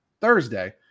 thursday